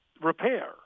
repair